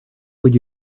would